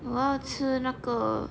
我要吃那个